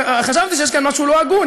וחשבתי שיש כאן משהו לא הגון.